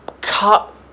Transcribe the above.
cut